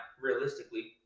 realistically